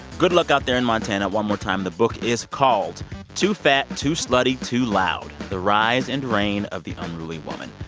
good luck out there in montana. one more time, the book is called too fat, too slutty, too loud the rise and reign of the unruly woman.